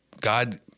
God